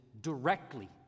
directly